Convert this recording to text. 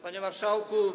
Panie Marszałku!